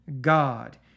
God